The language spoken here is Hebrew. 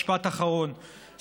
משפט אחרון,